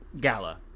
Gala